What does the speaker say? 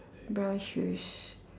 brown shoes